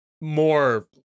more